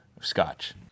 scotch